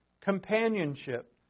companionship